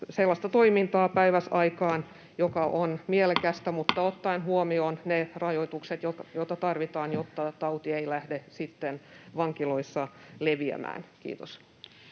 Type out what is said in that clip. sellaista toimintaa, joka on mielekästä, mutta ottaen huomioon ne rajoitukset, joita tarvitaan, jotta tauti ei lähde sitten vankiloissa leviämään. — Kiitos.